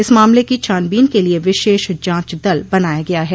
इस मामले की छानबीन के लिए विशेष जांच दल बनाया गया है